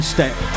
Step